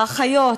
האחיות,